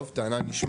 טוב, טענה נשמעת.